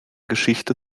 geschichte